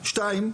שתיים,